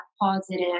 positive